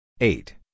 eight